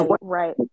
right